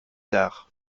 tard